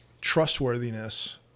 Trustworthiness